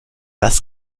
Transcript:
das